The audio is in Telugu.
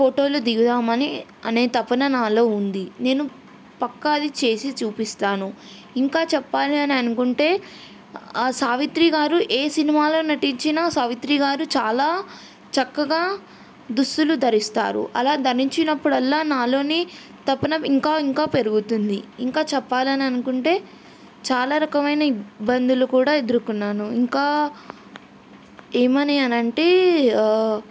ఫోటోలు దిగుదామని అనే తపన నాలో ఉంది నేను పక్కా అది చేసి చూపిస్తాను ఇంకా చెప్పాలి అని అనుకుంటే ఆ సావిత్రి గారు ఏ సినిమాలో నటించినా సావిత్రి గారు చాలా చక్కగా దుస్తులు ధరిస్తారు అలా ధరించినప్పుడల్లా నాలోని తపన ఇంకా ఇంకా పెరుగుతుంది ఇంకా చెప్పాలని అనుకుంటే చాలా రకమైన ఇబ్బందులు కూడా ఎదురుకున్నాను ఇంకా ఏమని అని అంటే